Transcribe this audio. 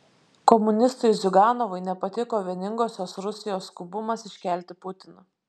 komunistui ziuganovui nepatiko vieningosios rusijos skubumas iškelti putiną